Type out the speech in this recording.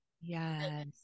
Yes